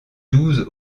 douze